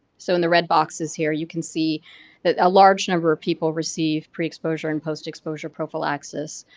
so, in the red boxes here you can see that a large number of people receive pre-exposure and post-exposure prophylaxis.